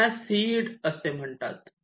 त्यांना सीड असे म्हणतात